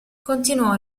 continuò